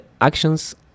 actions